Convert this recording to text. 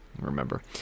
Remember